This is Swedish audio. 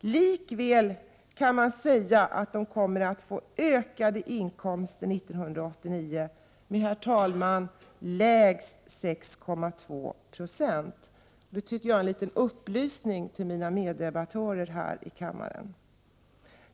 Likväl kan man säga att dessa pensionärer kommer att få en ökning av inkomsterna 1989 — med, herr talman, lägst 6,2 70. Det är en liten upplysning till mina meddebattörer här i kammaren.